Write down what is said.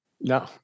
No